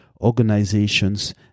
organizations